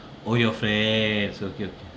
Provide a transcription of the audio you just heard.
oh your friends okay okay